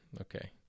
okay